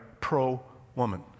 pro-woman